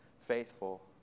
faithful